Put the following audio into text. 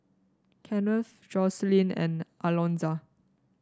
Kennth Jocelyn and Alonza